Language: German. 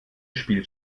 spielt